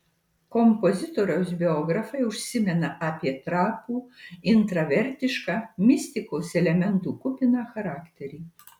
kompozitoriaus biografai užsimena apie trapų intravertišką mistikos elementų kupiną charakterį